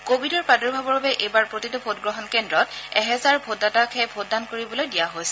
কোৱিডৰ প্ৰাদুৰ্ভাৱৰ বাবে এইবাৰ প্ৰতিটো ভোটগ্ৰহণ কেন্দ্ৰত এহেজাৰ ভোটদাতাকহে ভোটদান কৰিবলৈ দিয়া হৈছে